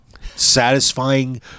satisfying